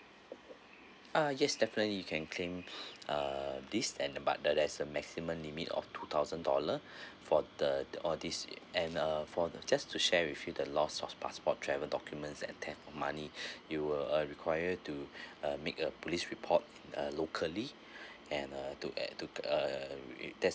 ah yes definitely you can claim uh this and uh but uh there's a maximum limit of two thousand dollar for the all this and uh for the just to share with you the lost of passport travel documents and theft money you were uh require to uh make a police report uh locally and uh to add to uh there's